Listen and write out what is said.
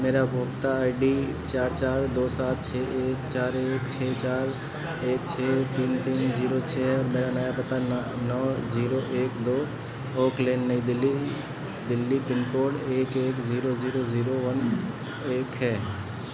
मेरा उपभोक्ता I D चार चार दो सात छः एक चार एक छः चार एक छः तीन तीन जीरो छः है और नया पता न नौ जीरो एक दो ओक लेन नई दिल्ली दिल्ली पिनकोड एक एक ज़ीरो ज़ीरो ज़ीरो वन एक है